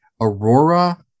Aurora